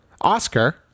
Oscar